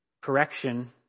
correction